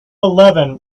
eleven